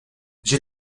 j’ai